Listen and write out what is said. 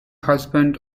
husband